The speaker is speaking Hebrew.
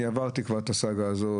כבר עברתי את הסאגה הזאת,